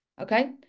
Okay